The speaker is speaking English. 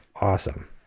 awesome